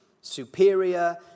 superior